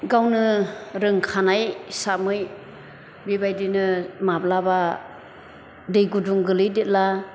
गावनो रोंखानाय हिसाबै बिबायदिनो माब्लाबा दै गुदुं गोलैदेदला